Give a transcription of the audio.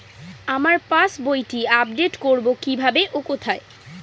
আমার পাস বইটি আপ্ডেট কোরবো কীভাবে ও কোথায়?